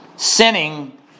Sinning